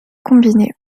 combiner